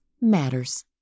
matters